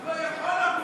הוא לא יכול לחול.